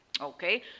Okay